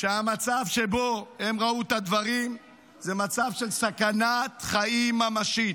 -- שהמצב שבו הם ראו את הדברים זה מצב של סכנת חיים ממשית.